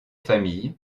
familles